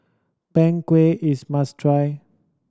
Png Kueh is must try